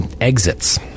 exits